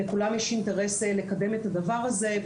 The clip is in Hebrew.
לכולנו יש אינטרס לקדם את הדבר הזה,